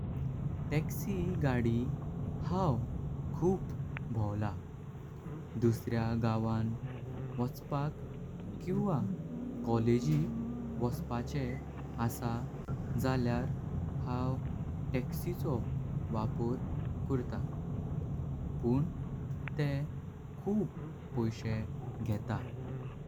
Taxi गाडी हांव खूप भोल्वा दुसऱ्या गावान वचपाकं किंवा कॉलेजिक वपाषे आसा। झाल्यार हांव टैक्सिचो वापर करतात पण ते खूप पैशें घेतात।